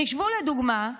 חשבו, לדוגמה,